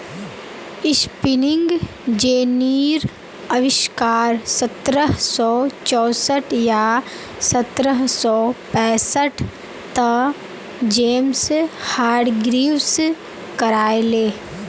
spinning जेनीर अविष्कार सत्रह सौ चौसठ या सत्रह सौ पैंसठ त जेम्स हारग्रीव्स करायले